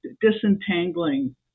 disentangling